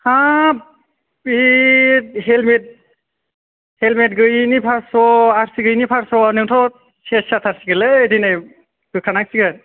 हाब बे helmet helmet गैयिनि फासस'आर सि गैयैनि फास्स' नोंथ' सेस जाथारसिगोनलै दिनै होखानांसिगोन